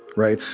right?